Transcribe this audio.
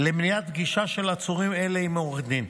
למניעת פגישה של עצורים אלה עם עורך דין.